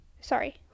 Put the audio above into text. Sorry